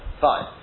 Fine